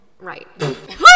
right